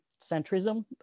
centrism